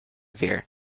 fear